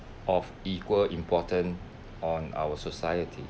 of equal important on our society